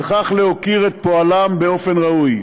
וכך להוקיר את פועלם באופן ראוי.